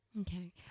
okay